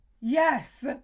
yes